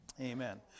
Amen